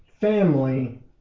family